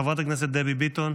חברת הכנסת דבי ביטון,